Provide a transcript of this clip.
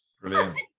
Brilliant